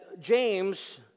James